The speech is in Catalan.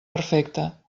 perfecte